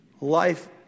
Life